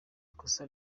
ikosa